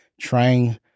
trying